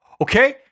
Okay